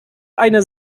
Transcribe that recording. eine